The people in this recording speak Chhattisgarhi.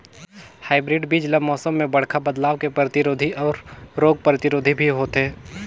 हाइब्रिड बीज ल मौसम में बड़खा बदलाव के प्रतिरोधी अऊ रोग प्रतिरोधी भी होथे